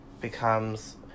becomes